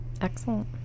Excellent